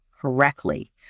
correctly